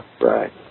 Right